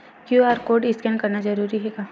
QR code scan करना जरूरी हे का?